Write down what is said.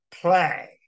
play